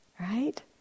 right